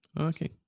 Okay